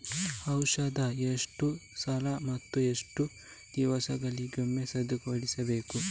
ಔಷಧ ಎಷ್ಟು ಸಲ ಮತ್ತು ಎಷ್ಟು ದಿವಸಗಳಿಗೊಮ್ಮೆ ಸಿಂಪಡಿಸಬೇಕು?